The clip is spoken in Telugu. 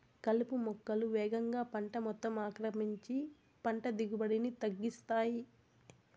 కలుపు మొక్కలు వేగంగా పంట మొత్తం ఆక్రమించి పంట దిగుబడిని తగ్గిస్తాయి